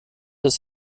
ist